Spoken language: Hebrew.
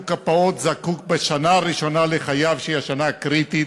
הפעוט, בשנה הראשונה לחייו, שהיא השנה הקריטית,